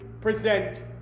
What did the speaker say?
present